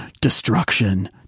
destruction